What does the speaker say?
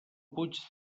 puig